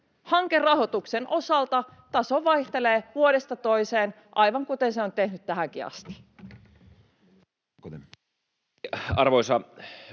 Hankerahoituksen osalta taso vaihtelee vuodesta toiseen, aivan kuten se on tehnyt tähänkin asti.